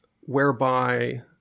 whereby